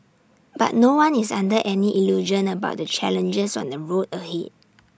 but no one is under any illusion about the challenges on the road ahead